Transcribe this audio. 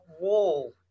wall